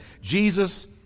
Jesus